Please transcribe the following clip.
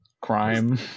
Crime